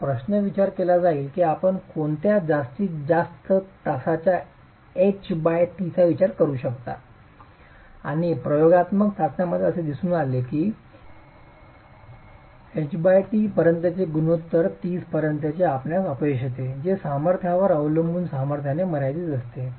आता प्रश्न विचार केला जाईल की आपण कोणत्या जास्तीत जास्त तासाचा ht चा विचार करू शकता आणि प्रयोगात्मक चाचण्यांमध्ये असे दिसून आले आहे की ht पर्यंतचे गुणोत्तर 30 पर्यंतचे आपणास अपयश येते जे सामर्थ्यावर अवलंबून सामर्थ्याने मर्यादित असते